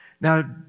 Now